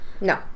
No